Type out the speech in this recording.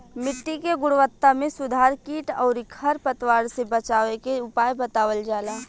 मिट्टी के गुणवत्ता में सुधार कीट अउरी खर पतवार से बचावे के उपाय बतावल जाला